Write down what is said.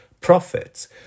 profits